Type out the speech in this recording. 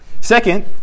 Second